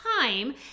time